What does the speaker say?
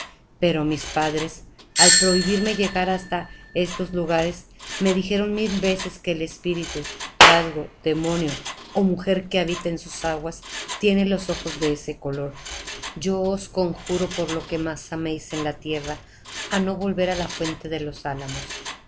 pero mis padres al prohibirme llegar hasta esos lugares me dijeron mil veces que el espíritu trasgo demonio ó mujer que habita en sus aguas tiene los ojos de ese color yo os conjuro por lo que más améis en la tierra